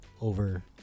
over